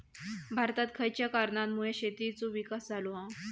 भारतात खयच्या कारणांमुळे शेतीचो विकास झालो हा?